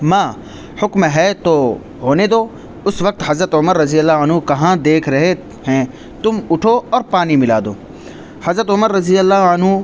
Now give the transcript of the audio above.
ماں حکم ہے تو ہونے دو اس وقت حضرت عمر رضی اللہ عنہ کہاں دیکھ رہے ہیں تم اٹھو اور پانی ملا دو حضرت عمر رضی اللہ عنہ